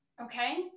Okay